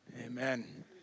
Amen